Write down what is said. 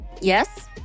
yes